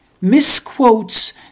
misquotes